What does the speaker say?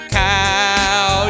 cow